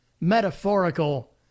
metaphorical